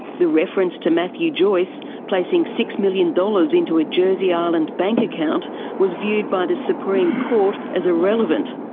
the reference to matthew joyce placing six million dollars into a jersey island bank account was viewed by the supreme court as irrelevant,